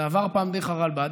זה עבר פעם דרך הרלב"ד,